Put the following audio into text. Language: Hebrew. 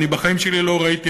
אני בחיים שלי לא ראיתי,